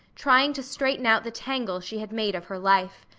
trying to straighten out the tangle she had made of her life.